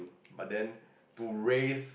but then to raise